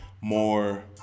more